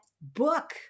book